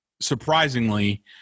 surprisingly